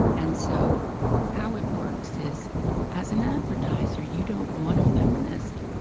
and so how it works is as an advertiser, you don't want a feminist.